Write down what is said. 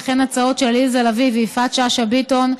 וכן ההצעות של עליזה לביא ויפעת שאשא ביטון,